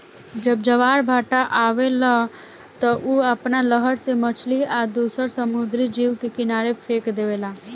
जब ज्वार भाटा आवेला त उ आपना लहर से मछली आ दुसर समुंद्री जीव के किनारे फेक देवेला